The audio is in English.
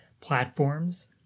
platforms